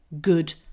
good